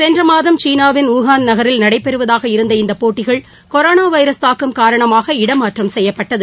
சென்ற மாதம் சீனாவின் உஹான் நகரில் நடைபெறுவதாக இருந்த இந்த போட்டிகள் கொரோனா வைரஸ் தாக்கம் காரணமாக இடமாற்றம் செய்யப்பட்டது